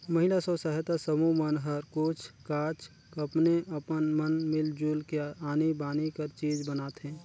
महिला स्व सहायता समूह मन हर कुछ काछ अपने अपन मन मिल जुल के आनी बानी कर चीज बनाथे